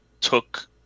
took